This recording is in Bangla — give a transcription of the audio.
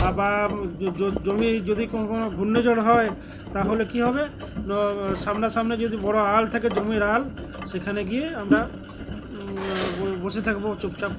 বা জমি যদি কোনো কোনো ঘূর্ণি ঝড় হয় তাহলে কী হবে সামনাসামনি যদি বড়ো আল থাকে জমির আল সেখানে গিয়ে আমরা বসে থাকবো চুপচাপ